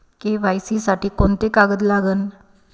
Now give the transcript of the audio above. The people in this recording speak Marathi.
के.वाय.सी साठी कोंते कागद लागन?